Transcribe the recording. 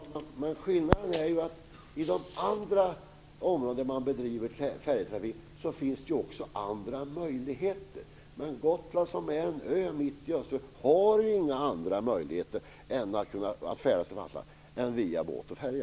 Fru talman! Men skillnaden är ju att i de andra områdena där man bedriver färjetrafik finns det också andra möjligheter, men från Gotland som är en ö mitt i Östersjön finns inga andra möjligheter att färdas till fastlandet än via båt och färja.